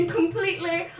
completely